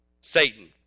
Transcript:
Satan